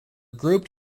grouped